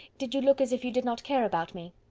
did you look as if you did not care about me?